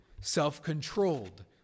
self-controlled